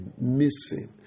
missing